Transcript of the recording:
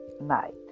night